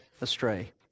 astray